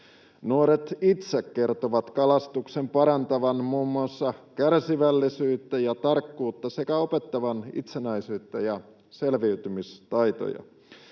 Nuoret itse kertovat kalastuksen parantavan muun muassa kärsivällisyyttä ja tarkkuutta sekä opettavan itsenäisyyttä ja selviytymistaitoja.